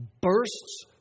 bursts